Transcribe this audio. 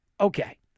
Okay